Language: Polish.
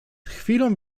chwilą